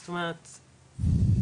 זאת אומרת לקפוץ,